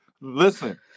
Listen